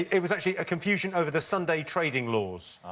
it was actually a confusion over the sunday trading laws.